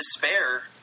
despair